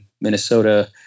Minnesota